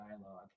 dialogue